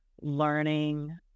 learning